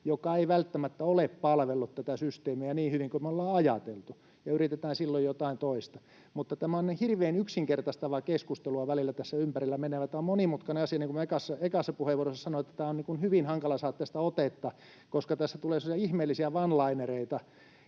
joka ei välttämättä ole palvellut tätä systeemiä niin hyvin kuin me ollaan ajateltu, ja yritetään silloin jotain toista. Tämä on niin hirveän yksinkertaistavaa keskustelua välillä tässä ympärillä menevä, mutta tämä on monimutkainen asia. Niin kuin ekassa puheenvuorossa sanoin, on hyvin hankala saada tästä otetta, koska tässä tulee semmoisia ihmeellisiä one-linereita,